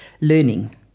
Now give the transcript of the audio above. learning